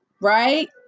right